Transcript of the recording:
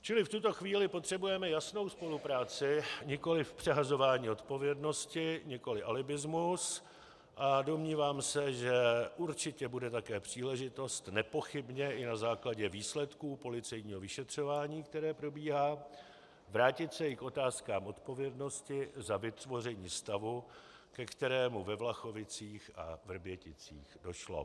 Čili v tuto chvíli potřebujeme jasnou spolupráci, nikoliv přehazování odpovědnosti, nikoliv alibismus, a domnívám se, že určitě bude také příležitost, nepochybně i na základě výsledků policejního vyšetřování, které probíhá, vrátit se i k otázkám odpovědnosti za vytvoření stavu, ke kterému ve VlachovicíchVrběticích došlo.